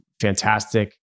fantastic